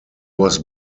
was